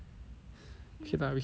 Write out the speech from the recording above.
okay lah we can go